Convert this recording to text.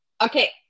Okay